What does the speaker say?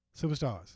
Superstars